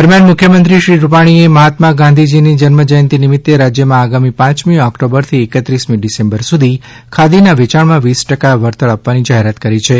દરમિયાન મુખ્યમંત્રી શ્રી રૂપાણીએ મહાત્મા ગાંધીજીની જન્મ જયંતિ નિમિત્તે રાજ્યમાં આગામી પાંચમી ઓક્ટોબરથી એકત્રીસમી ડિસેમ્બર સુધી ખાદીના વેચાણમાં વીસ ટકા વળતર આપવાની જાહેરાત કરી છે